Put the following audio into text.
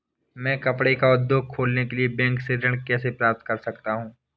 मैं कपड़े का उद्योग खोलने के लिए बैंक से ऋण कैसे प्राप्त कर सकता हूँ?